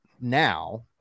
now